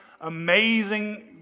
amazing